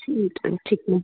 ठीक है ठीक है